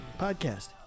podcast